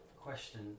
question